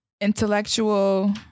Intellectual